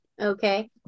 Okay